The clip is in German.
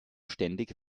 ständig